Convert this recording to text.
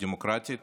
ודמוקרטית